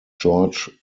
george